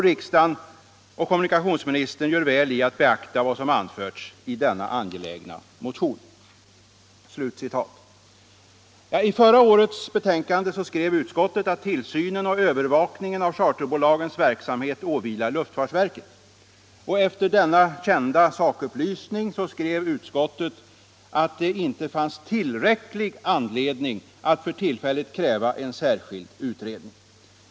Riksdagen och kommunikationsministern gör väl i att beakta vad som anförs i denna angelägna motion.” I förra årets betänkande skrev utskottet att tillsyn och övervakning av charterbolagens verksamhet åvilar luftfartsverket. Efter denna sakupplysning om ett känt förhållande skrev utskottet att det inte fanns tillräcklig anledning att för tillfället kräva en särskild utredning.